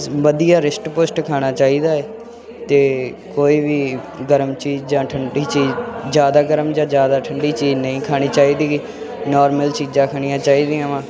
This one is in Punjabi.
ਵਧੀਆ ਰਿਸ਼ਟ ਪੁਸ਼ਟ ਖਾਣਾ ਚਾਹੀਦਾ ਹੈ ਅਤੇ ਕੋਈ ਵੀ ਗਰਮ ਚੀਜ਼ ਜਾਂ ਠੰਡੀ ਚੀਜ਼ ਜਿਆਦਾ ਗਰਮ ਜਾਂ ਜਿਆਦਾ ਠੰਡੀ ਚੀਜ਼ ਨਹੀਂ ਖਾਣੀ ਚਾਹੀਦੀ ਗੀ ਨੋਰਮਲ ਚੀਜ਼ਾਂ ਖਾਣੀਆਂ ਚਾਹੀਦੀਆਂ ਵਾ